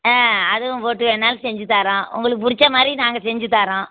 ஆ அதுவும் போட்டு வேணாலும் செஞ்சுத் தரோம் உங்களுக்குப் பிடிச்ச மாதிரி நாங்கள் செஞ்சுத் தரோம்